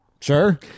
Sure